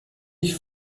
ich